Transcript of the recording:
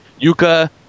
Yuka